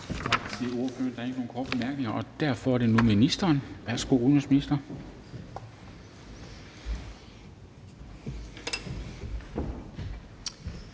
og derfor er det nu ministeren. Værsgo til udenrigsministeren.